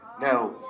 No